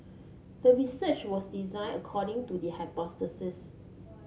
the research was designed according to the hypothesis